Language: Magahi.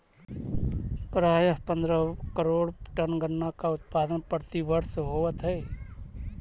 प्रायः पंद्रह करोड़ टन गन्ना का उत्पादन प्रतिवर्ष होवत है